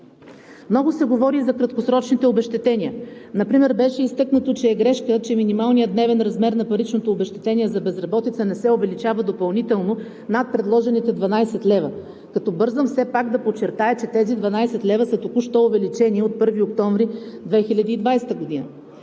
Много се говори за краткосрочните обезщетения. Например беше изтъкнато, че е грешка, че минималният дневен размер на паричното обезщетение за безработица не се увеличава допълнително над предложените 12 лв., като бързам все пак да подчертая, че тези 12 лв. са току-що увеличени от 1 октомври 2020 г.